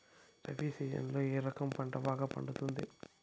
రబి సీజన్లలో ఏ రకం పంట బాగా పండుతుంది